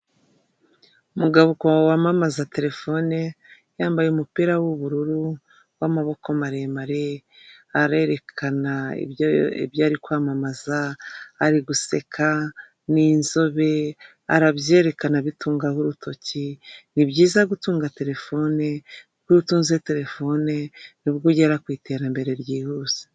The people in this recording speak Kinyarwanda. Umugabo wamamaza terefone yambaye umupira w'ubururu w'amaboko maremare arerekana ibya ari kwamamaza ari guseka n'inzobe arabyerekana abitungaho urutoki ni byiza gutunga telefone kuko utunze telefone nubwo ugera ku iterambere ryihuse.